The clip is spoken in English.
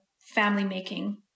family-making